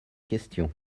question